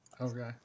Okay